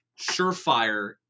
surefire